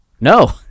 No